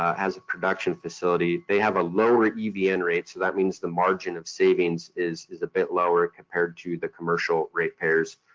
has a production facility, they have a lower evn rate, so that means the margin of savings is is a bit lower compared to the commercial ratepayers,